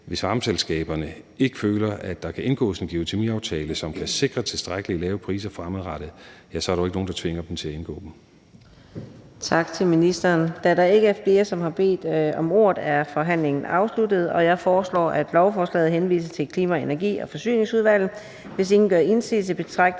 hvis varmeselskaberne ikke føler, at der kan indgås en geotermiaftale, som kan sikre tilstrækkelig lave priser fremadrettet, så er der jo ikke nogen, der tvinger dem til at indgå den.